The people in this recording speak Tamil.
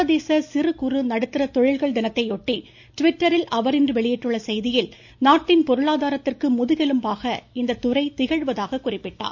சா்வதேச சிறு குறு நடுத்தர தொழில்கள் தினத்தையொட்டி ட்விட்டரில் அவா் இன்று வெளியிட்டுள்ள செய்தியில் நாட்டின் பொருளாதாரத்திற்கு முதுகெலும்பாக இத்துறை திகழ்வதாக குறிப்பிட்டார்